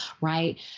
right